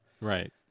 Right